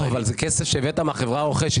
אבל זה כסף שהבאת מהחברה הרוכשת.